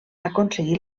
aconseguir